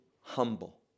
humble